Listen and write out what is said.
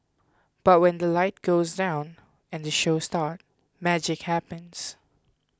but when the light goes down and they show start magic happens